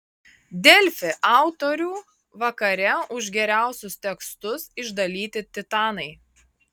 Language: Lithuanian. delfi autorių vakare už geriausius tekstus išdalyti titanai